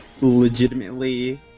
legitimately